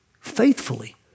faithfully